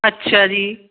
ਅੱਛਾ ਜੀ